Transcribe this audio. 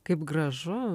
kaip gražu